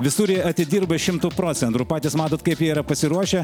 visur jie atidirba šimtu procentų patys matote kaip yra pasiruošę